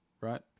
right